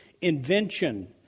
invention